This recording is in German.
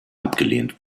abgelehnt